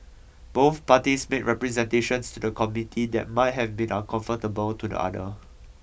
both parties made representations to the Committee that might have been uncomfortable to the other